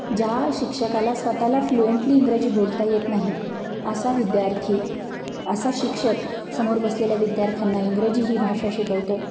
ज्या शिक्षकाला स्वतःला फ्लुएंटली इंग्रजी बोलता येत नाही असा विद्यार्थी असा शिक्षक समोर बसलेल्या विद्यार्थ्यांना इंग्रजी ही भाषा शिकवतो आहे